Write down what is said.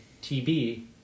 TB